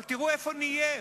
אבל תראו איפה נהיה.